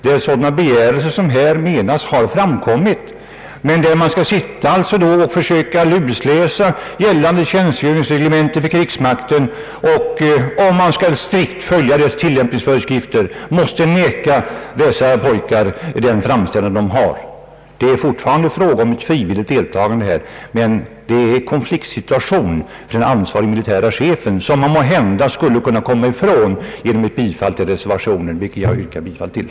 Om det då görs framställning om anordnande av korum, skall man alltså sitta och liksom lusläsa gällande tjänstgöringsreglemente för krigsmakten. Om man strikt skall följa tillämpningsföreskrifterna, måste man avslå den framställning som pojkarna har gjort. Det är fortfarande fråga om ett frivilligt deltagande i korum, men det är en konfliktsituation för den ansvarige militära chefen som vi måhända skulle kunna komma ifrån genom ett bifall till reservation I, vilken jag yrkar bifall till.